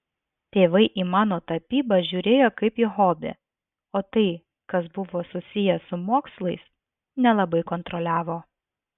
tėvai į mano tapybą žiūrėjo kaip į hobį o tai kas buvo susiję su mokslais nelabai kontroliavo